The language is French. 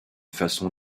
façon